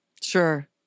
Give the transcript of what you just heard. Sure